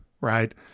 right